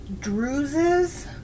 druzes